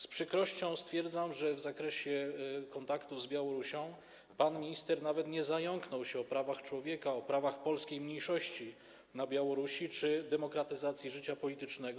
Z przykrością stwierdzam, że w zakresie kontaktów z Białorusią pan minister nawet nie zająknął się o prawach człowieka, o prawach polskiej mniejszości na Białorusi czy o demokratyzacji życia politycznego.